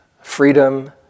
freedom